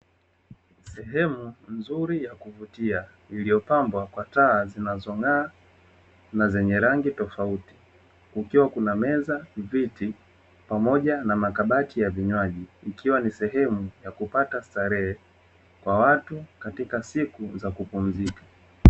Sehemu nzuri ya kuvutia, iliyopambwa kwa taa zinazong'aa na zenye rangi tofauti, kukiwa kuna meza, viti pamoja na makabati ya vinywaji, ikiwa ni sehemu ya kupata starehe kwa watu katika siku za kupumzika.